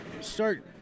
start